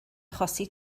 achosi